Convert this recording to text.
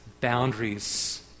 boundaries